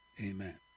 amen